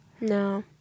no